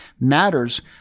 matters